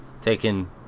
taking